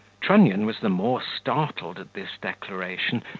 trunnion was the more startled a this declaration,